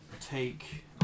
take